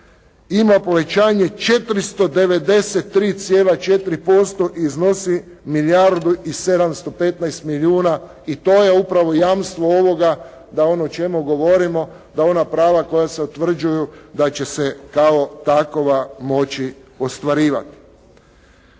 ima povećanje 493,4% i iznosi milijardu i 715 milijuna i to je upravo jamstvo ovoga da ono o čemu govorimo, da ona prava koja se utvrđuju da će se kao takova moći ostvarivati.